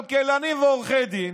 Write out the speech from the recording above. כלכלנים ועורכי דין